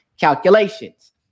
calculations